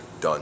Done